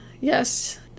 yes